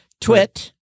Twit